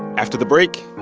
after the break,